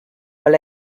weil